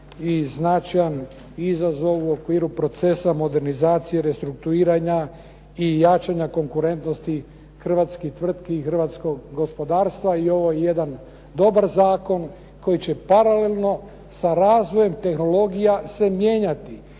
i značajan izazov u okviru procesa modernizacije, restrukturiranja i jačanja konkurentnosti hrvatskih tvrtki i hrvatskog gospodarstva. I ovo je jedan dobar zakon koji će paralelno sa razvojem tehnologija se mijenjati.